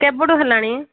କେବେଠୁ ହେଲାଣି